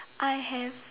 I have